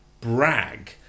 brag